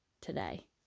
today